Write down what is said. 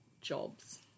jobs